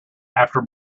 after